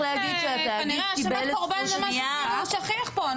כנראה האשמת הקורבן זה משהו שכיח פה.